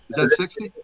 that sixty?